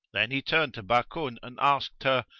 then he turned to bakun and asked her,